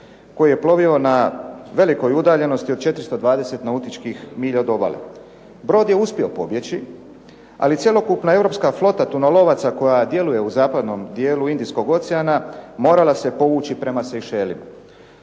koji je plovio na velikoj udaljenosti od 420 nautičkih milja od obale. Brod je uspio pobjeći, ali cjelokupna europska flota tunolovaca koja djeluje u zapadnom dijelu Indijskog oceana morala se povući prema Sejšelima.